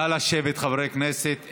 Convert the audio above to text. נא לשבת, חברי הכנסת.